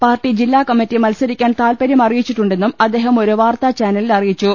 party ജില്ലാകമ്മറ്റി മത്സരിക്കാൻ താൽപര്യം അറിയിച്ചിട്ടുണ്ടെന്നും അദ്ദേഹം ഒരു വാർത്താചാനലിൽ അറിയിച്ചു